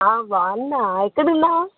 బాగున్నా ఎక్కడ ఉన్నావు